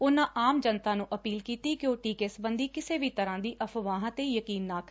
ਉਨ੍ਵਾ ਆਮ ਜਨਤਾ ਨੂੰ ਅਪੀਲ ਕੀਤੀ ਕਿ ਉਹ ਟੀਕੇ ਸਬੰਧੀ ਕਿਸੇ ਵੀ ਤਰ੍ਵਾ ਦੀ ਅਫਵਾਹਾਂ ਤੇ ਯਕੀਨ ਨਾ ਕਰਨ